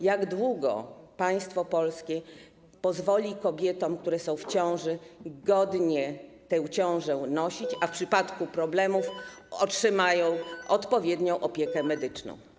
Jak długo państwo polskie pozwoli kobietom, które są w ciąży, godnie tę ciążę nosić, a w przypadku problemów otrzymają odpowiednią opiekę medyczną?